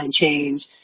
change